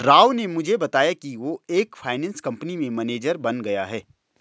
राव ने मुझे बताया कि वो एक फाइनेंस कंपनी में मैनेजर बन गया है